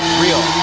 real.